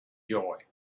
joy